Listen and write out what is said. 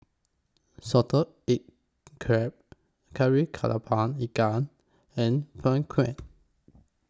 Salted Egg Crab Kari Kepala Ikan and Png Kueh